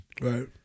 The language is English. Right